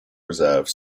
reserve